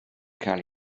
cael